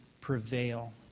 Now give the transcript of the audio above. prevail